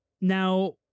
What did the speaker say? Now